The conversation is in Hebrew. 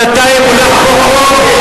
שנתיים מונח פה חוק,